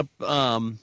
up –